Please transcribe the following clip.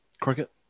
Cricket